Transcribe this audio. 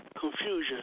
confusion